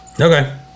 Okay